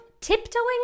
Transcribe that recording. tiptoeing